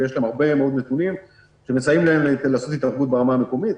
ויש שם הרבה מאוד נתונים שמסייעים להם לעשות התערבות ברמה המקומית.